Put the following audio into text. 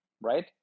right